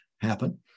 happen